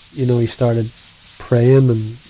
you know, he started praying and,